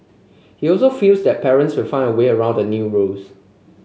he also feels that parents will find a way around the new rules